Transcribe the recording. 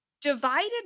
divided